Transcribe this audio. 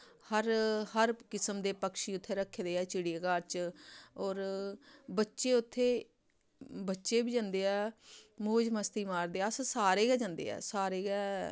हर हर किस्म दे पक्षी उत्थै रक्खे दे ऐ चिड़ियाघर च होर बच्चे उत्थै बच्चे बी जंदे ऐ मौज मस्ती मारदे अस सारे गै जंदे ते सारे गै